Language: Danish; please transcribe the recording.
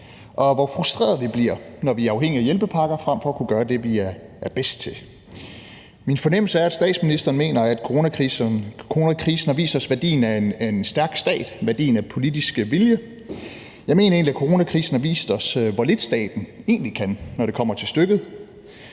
og hvor frustrerede vi bliver, når vi er afhængige af hjælpepakker frem for at kunne gøre det, vi er bedst til. Min fornemmelse er, at statsministeren mener, at coronakrisen har vist os værdien af en stærk stat, værdien af politisk vilje. Jeg mener egentlig, at coronakrisen har vist os, hvor lidt staten egentlig kan, når det kommer til stykket.